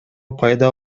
пайда